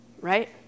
right